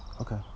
Okay